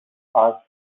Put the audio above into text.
are